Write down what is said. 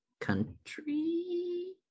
country